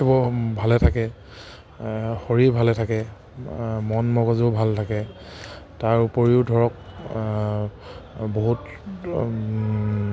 এইবোৰ ভালে থাকে শৰীৰ ভালে থাকে মন মগজু ভাল থাকে তাৰ উপৰিও ধৰক বহুত